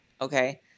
Okay